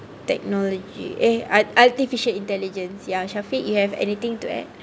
technology eh ar~ artificial intelligence ya shafiq you have anything to add